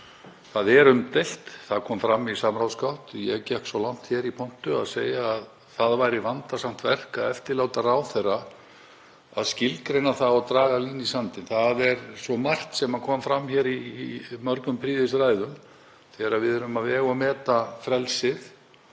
Það er umdeilt, það kom fram í samráðsgátt. Ég gekk svo langt hér í pontu að segja að það væri vandasamt verk að eftirláta ráðherra að skilgreina það og draga línu í sandinn. Það er margt sem kom fram í mörgum prýðisræðum, þegar við erum að vega og meta frelsið